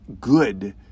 good